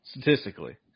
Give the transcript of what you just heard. statistically